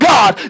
God